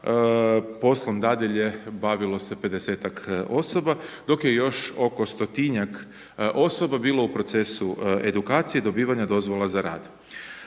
poslom dadilje bavilo se 50-ak osoba dok je još oko stotinjak osoba bilo u procesu edukacije i dobivanja dozvola za rad.